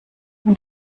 und